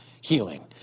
healing